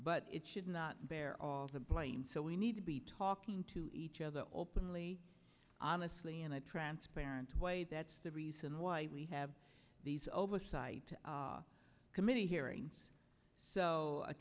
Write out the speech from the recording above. but it should not bear all the blame so we need to be talking to each other openly honestly and a transparent way that's the reason why we have these oversight committee hearings so a